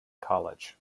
college